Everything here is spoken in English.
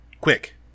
Quick